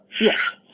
Yes